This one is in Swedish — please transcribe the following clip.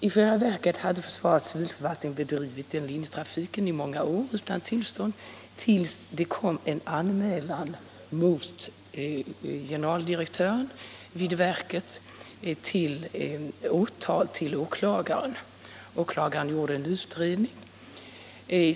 I själva verket hade försvarets civilförvaltning bedrivit trafik tills det kom en anmälan mot generaldirektören i verket till åklagaren. Åklagaren gjorde en utredning.